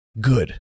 good